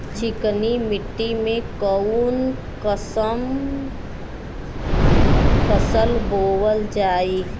चिकनी मिट्टी में कऊन कसमक फसल बोवल जाई?